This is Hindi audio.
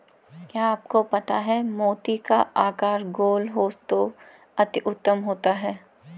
क्या आपको पता है मोती का आकार गोल हो तो अति उत्तम होता है